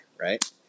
Right